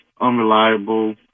unreliable